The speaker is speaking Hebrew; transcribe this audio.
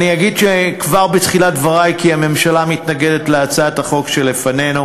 אני אגיד כבר בתחילת דברי כי הממשלה מתנגדת להצעת החוק שלפנינו.